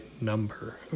number